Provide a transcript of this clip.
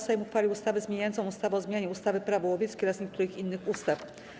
Sejm uchwalił ustawę zmieniającą ustawę o zmianie ustawy - Prawo łowieckie oraz niektórych innych ustaw.